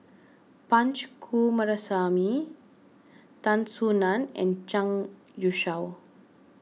Punch Coomaraswamy Tan Soo Nan and Zhang Youshuo